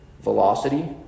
velocity